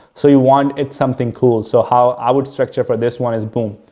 so, you want it something cool. so, how i would structure for this one is, boom,